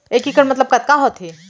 एक इक्कड़ मतलब कतका होथे?